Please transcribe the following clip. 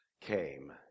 came